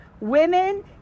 women